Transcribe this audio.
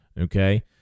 Okay